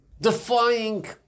Defying